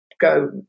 go